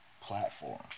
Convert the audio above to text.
Platform